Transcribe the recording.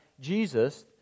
Jesus